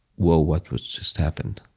wow, what was just happened?